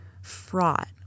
fraught